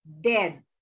dead